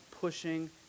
pushing